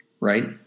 right